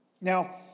Now